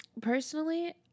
Personally